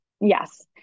yes